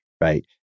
right